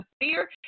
fear